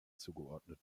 zugeordnet